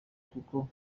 kuko